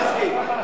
אני מסכים.